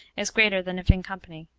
is greater than if in company.